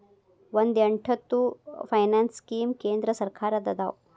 ಒಂದ್ ಎಂಟತ್ತು finance scheme ಕೇಂದ್ರ ಸರ್ಕಾರದ್ದ ಅದಾವ